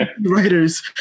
writers